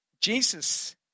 Jesus